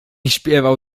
śpiewał